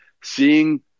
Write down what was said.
Seeing